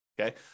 okay